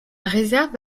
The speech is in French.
réserve